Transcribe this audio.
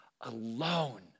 alone